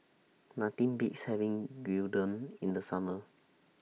Nothing Beats having Gyudon in The Summer